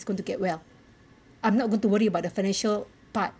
going to get well I'm not going to worry about the financial part